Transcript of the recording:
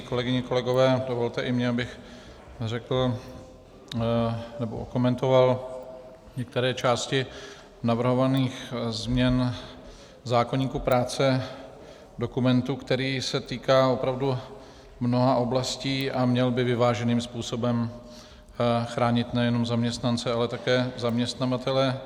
Kolegyně a kolegové, dovolte i mně, abych řekl nebo okomentoval některé části navrhovaných změn zákoníku práce, dokumentu, který se týká opravdu mnoha oblastí a měl by vyváženým způsobem chránit nejenom zaměstnance, ale také zaměstnavatele.